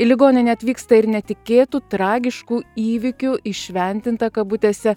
į ligoninę atvyksta ir netikėtų tragiškų įvykių įšventinta kabutėse